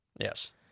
Yes